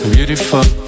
Beautiful